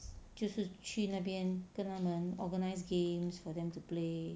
就是去那边跟他们 organise games for them to play